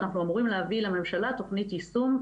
ואנחנו אמורים להביא לממשלה תכנית יישום,